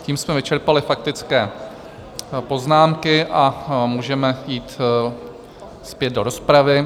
Tím jsme vyčerpali faktické poznámky a můžeme jít zpět do rozpravy.